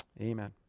Amen